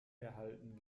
erhalten